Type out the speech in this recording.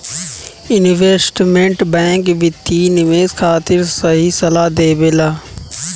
investment bank वित्तीय निवेश खातिर सही सलाह देबेला